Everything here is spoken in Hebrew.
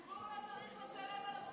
הציבור לא צריך לשלם על השחיתות,